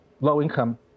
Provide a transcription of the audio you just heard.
low-income